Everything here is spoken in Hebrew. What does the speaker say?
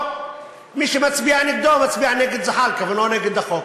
מי שמצביע נגדו מצביע נגד זחאלקה, ולא נגד החוק.